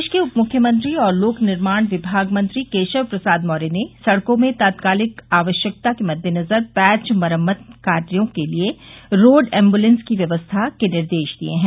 प्रदेश उप मुख्यमंत्री और लोक निर्माण विभाग मंत्री केशव प्रसाद मौर्य ने सड़कों में तात्कालिक आवश्यकता के मद्देनजर पैच मरम्मत कार्यो के लिये रोड ऐम्बुलेंस व्यवस्था के निर्देश दिये हैं